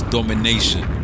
Domination